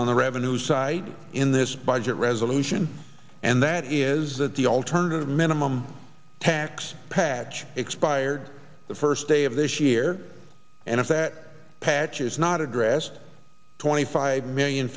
on the revenue side in this budget resolution and that is that the alternative minimum tax patch expired the first day of this year and if that patch is not addressed twenty five million